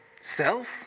self